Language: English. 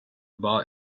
bar